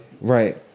Right